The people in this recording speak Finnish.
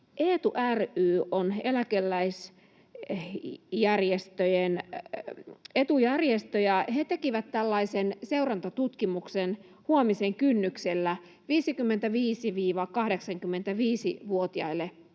EETU ry on eläkeläisliittojen etujärjestö, ja he tekivät tällaisen seurantatutkimuksen ”Huomisen kynnyksellä” 55—84‑vuotiaille henkilöille.